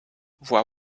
vois